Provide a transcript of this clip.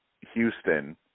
Houston